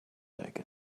take